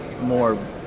more